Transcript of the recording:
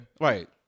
Right